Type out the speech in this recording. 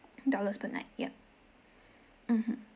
dollars per night yup mmhmm